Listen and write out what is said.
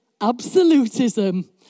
absolutism